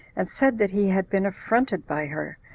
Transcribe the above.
and said that he had been affronted by her,